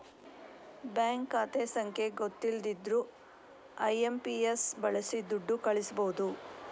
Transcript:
bank ಖಾತೆ ಸಂಖ್ಯೆ ಗೊತ್ತಿಲ್ದಿದ್ರೂ ಐ.ಎಂ.ಪಿ.ಎಸ್ ಬಳಸಿ ದುಡ್ಡು ಕಳಿಸ್ಬಹುದು